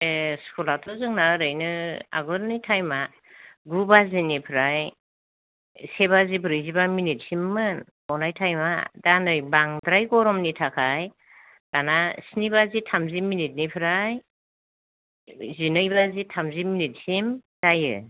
ए स्कुलाथ' जोंना आगोलनि टाईमा गु बाजिनिफ्राय से बाजि ब्रैजिबा मिनिटसिममोन गनाय टाईमा दा नै बांद्राय गरमनि थाखाय दाना स्नि बाजि थामजि मिनिटनिफ्राय जिनै बाजि थामजि मिनिटसिम जायो